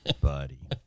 buddy